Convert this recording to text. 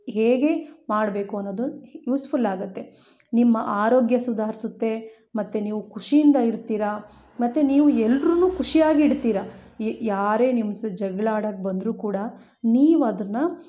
ಹೇಗೆ ಮಾಡಬೇಕು ಅನ್ನೋದು ಯೂಸ್ಫುಲ್ ಆಗುತ್ತೆ ನಿಮ್ಮ ಆರೋಗ್ಯ ಸುಧಾರ್ಸುತ್ತೆ ಮತ್ತು ನೀವು ಖುಷಿಯಿಂದ ಇರ್ತೀರ ಮತ್ತು ನೀವು ಎಲ್ರನ್ನು ಖುಷಿಯಾಗಿ ಇಡ್ತೀರ ಯಾರೇ ನಿಮ್ಮ ಸಹ ಜೊತೆ ಜಗಳ ಆಡೋಕ್ ಬಂದರೂ ಕೂಡ ನೀವು ಅದನ್ನ